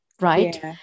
right